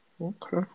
Okay